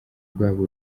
bwabo